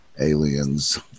aliens